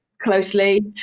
closely